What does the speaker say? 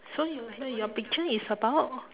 so your wait your picture is about